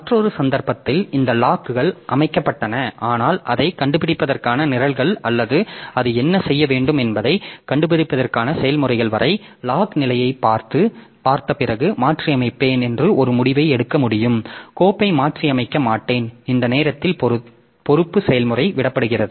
மற்றொரு சந்தர்ப்பத்தில் இந்த லாக்கள் அமைக்கப்பட்டன ஆனால் அதைக் கண்டுபிடிப்பதற்கான நிரல்கள் அல்லது அது என்ன செய்ய வேண்டும் என்பதைக் கண்டுபிடிப்பதற்கான செயல்முறைகள் வரை லாக் நிலையைப் பார்த்த பிறகு மாற்றியமைப்பேன் என்று ஒரு முடிவை எடுக்க முடியும் கோப்பை மாற்றியமைக்க மாட்டேன் இந்த நேரத்தில் பொறுப்பு செயல்முறைக்கு விடப்படுகிறது